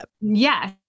yes